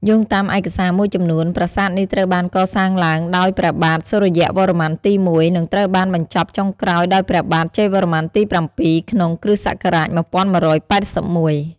យោងតាមឯកសារមួយចំនួន ប្រាសាទនេះត្រូវបានកសាងឡើងដោយព្រះបាទ សូរ្យវរ្ម័នទី ១ និងត្រូវបានបញ្ចប់ចុងក្រោយដោយព្រះបាទ ជ័យវរ្ម័នទី ៧ ក្នុង គ្រិស្តសករាជ ១១៨១។